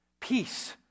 Peace